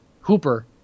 Hooper